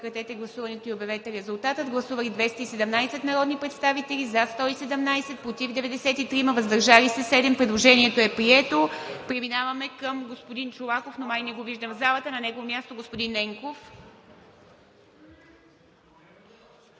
на гласуване. Гласували 217 народни представители: за 117, против 93, въздържали се 7. Предложението е прието. Преминаваме към господин Чолаков, но не го виждам в залата. На негово място господин Ненков.